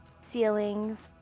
ceilings